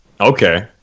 Okay